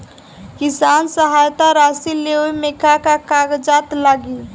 किसान सहायता राशि लेवे में का का कागजात लागी?